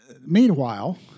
meanwhile